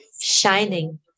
shining